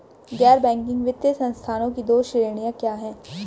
गैर बैंकिंग वित्तीय संस्थानों की दो श्रेणियाँ क्या हैं?